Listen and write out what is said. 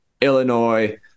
Illinois